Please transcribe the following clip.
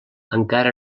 encara